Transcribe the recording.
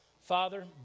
Father